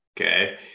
Okay